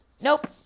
Nope